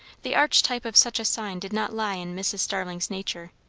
the archetype of such a sign did not lie in mrs. starling's nature.